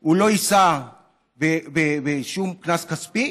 הוא לא יישא בשום קנס כספי